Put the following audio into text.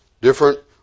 different